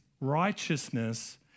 righteousness